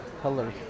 color